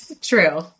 True